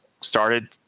started